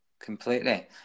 Completely